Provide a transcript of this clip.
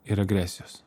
ir agresijos